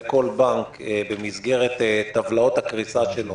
וכל בנק במסגרת טבלאות הקריסה שלו